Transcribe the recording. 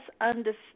understand